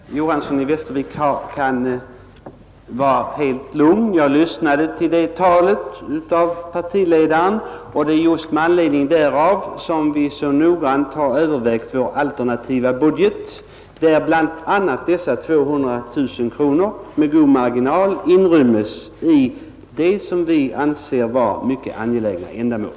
Herr talman! Herr Johanson i Västervik kan vara helt lugn. Jag lyssnade till det nämnda talet av partiledaren, och det är just med anledning därav som vi så noggrannt har övervägt vår alternativa budget, där bl.a. dessa 200 000 kronor med god marginal inryms i det som vi anser vara mycket angelägna ändamål.